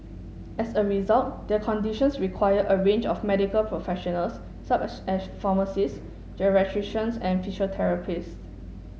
as a result their conditions require a range of medical professionals such as pharmacists geriatricians and physiotherapists